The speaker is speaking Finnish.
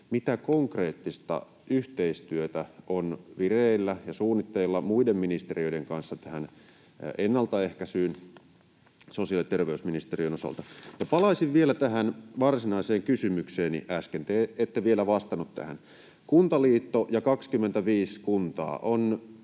mitä konkreettista yhteistyötä on vireillä ja suunnitteilla muiden ministeriöiden kanssa tähän ennaltaehkäisyyn sosiaali- ja terveysministeriön osalta? Palaisin vielä tähän varsinaiseen kysymykseeni äsken. Te ette vielä vastannut tähän. Kuntaliitto ja 25 kuntaa ovat